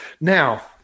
Now